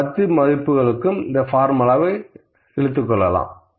இந்த 10 மதிப்புகளுக்கும் இந்த பார்முலாவை இழுக்கிறேன்